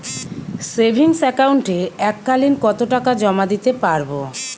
Savings একাউন্টে এক কালিন কতটাকা জমা দিতে পারব?